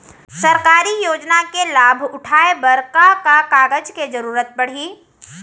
सरकारी योजना के लाभ उठाए बर का का कागज के जरूरत परही